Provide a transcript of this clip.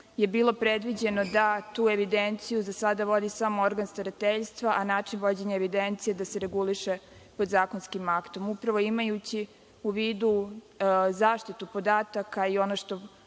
je bilo predviđeno da tu evidenciju za sada vodi samo organ starateljstva, a način vođenja evidencije da se reguliše podzakonskim aktom. Upravo imajući u vidu zaštitu podataka i ono što